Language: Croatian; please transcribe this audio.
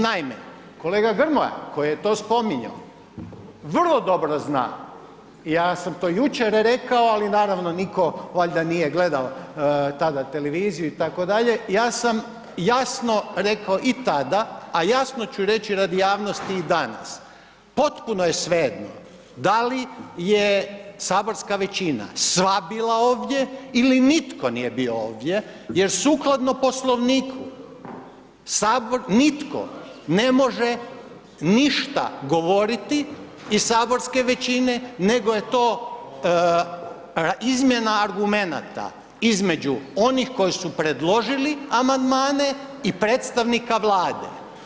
Naime, kolega Grmoja koji je to spominjao, vrlo dobro zna i ja sam to jučer rekao ali naravno nitko valjda nije gledao tada televiziju itd., ja sam jasno rekao i tada a jasno ću reći radi javnosti i danas potpuno je svejedno da li je saborska većina sva bila ovdje ili nitko nije bio ovdje jer sukladno Poslovniku Sabora nitko ne može ništa govoriti iz saborske većine, nego je to izmjena argumenata između onih koji su predložili amandmane i predstavnika Vlade.